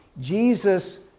Jesus